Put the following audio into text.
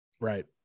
Right